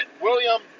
William